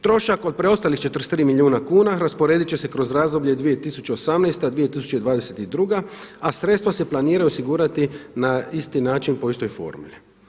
Trošak od preostalih 43 milijuna kuna rasporedit će se kroz razdoblje 2018./2022. a sredstva se planiraju osigurati na isti način po istoj formuli.